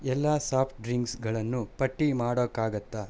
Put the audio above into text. ಎಲ್ಲ ಸಾಫ್ಟ್ ಡ್ರಿಂಕ್ಸ್ಗಳನ್ನು ಪಟ್ಟಿ ಮಾಡೋಕ್ಕಾಗತ್ತಾ